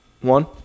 one